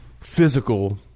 physical